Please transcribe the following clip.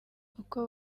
uko